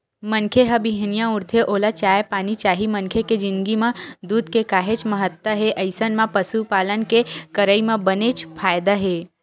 मनखे ह बिहनिया उठथे ओला चाय पानी चाही मनखे के जिनगी म दूद के काहेच महत्ता हे अइसन म पसुपालन के करई म बनेच फायदा हे